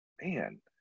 man